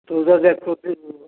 ତୁ ତ ଦେଖୁଛୁ